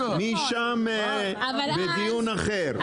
משם בדיון אחר.